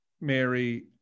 Mary